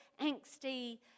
angsty